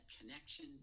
connection